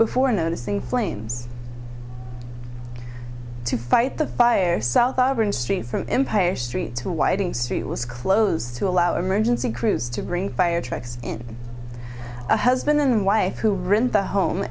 before noticing flames to fight the fire south auburn street from empire street to whiting street was closed to allow emergency crews to bring fire trucks in a husband and wife who returned home